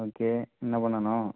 okay என்ன பண்ணனும்